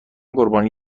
قربانی